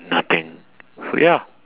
nothing so ya